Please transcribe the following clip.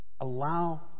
Allow